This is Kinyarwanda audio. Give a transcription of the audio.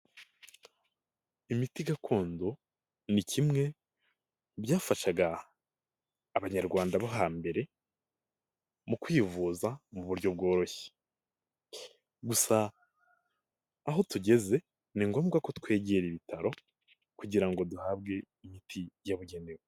Imiti gakondo ni kimwe byafashaga Abanyarwanda bo hambere mu kwivuza mu buryo bworoshye, gusa aho tugeze ni ngombwa ko twegera ibitaro kugira ngo duhabwe imiti yabugenewe.